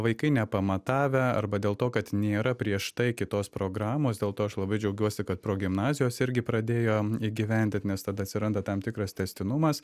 vaikai nepamatavę arba dėl to kad nėra prieš tai kitos programos dėl to aš labai džiaugiuosi kad progimnazijos irgi pradėjo įgyvendint nes tada atsiranda tam tikras tęstinumas